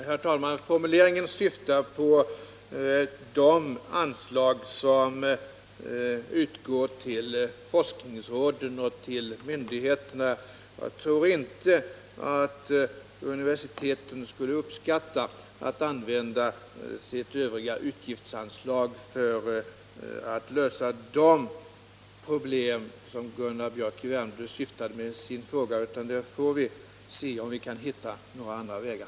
Herr talman! Formuleringen syftar på de anslag som utgår till forskningsråden och till myndigheterna. Jag tror inte att universiteten skulle uppskatta att de fick använda sitt övriga utgiftsanslag för att lösa de problem som Gunnar Biörck i Värmdö syftade på med sin fråga, utan där får vi se om vi kan hitta några andra vägar.